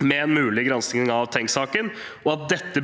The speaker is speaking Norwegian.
med en mulig gransking av Tengs-saken,